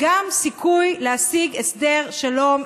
גם סיכוי להשיג הסדר שלום,